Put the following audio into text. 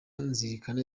nzirikana